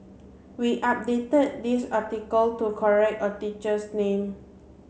we updated this article to correct a teacher's name